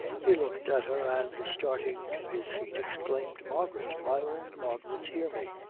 he looked at her, and starting to his feet, exclaimed margaret, my own margaret, hear me!